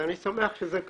אני שמח שזה כך.